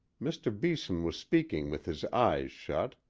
mr. beeson was speaking with his eyes shut,